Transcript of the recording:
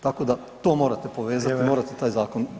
Tako da to morate povezati [[Upadica: Vrijeme.]] morate taj zakon.